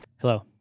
Hello